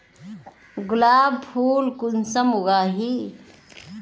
गुलाब फुल कुंसम उगाही?